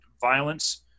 violence